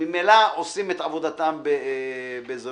ממילא עושים את עבודתם בזירוז.